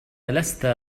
لست